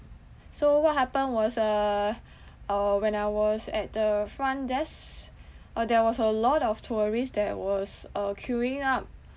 so what happened was uh uh when I was at the front desk uh there was a lot of tourists that was uh queuing up